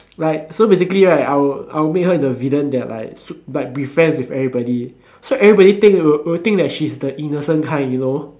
like so basically right I will I will make her into a villain that like s~ like be friends with everybody so everybody think will will think that's she's the innocent kind you know